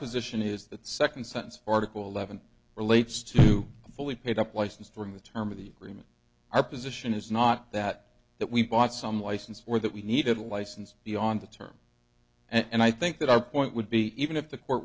position is that second sentence for article eleven relates to a fully paid up license during the term of the remit our position is not that that we bought some license or that we needed a license beyond the term and i think that our point would be even if the court